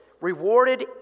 Rewarded